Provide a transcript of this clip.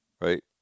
right